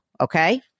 okay